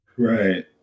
Right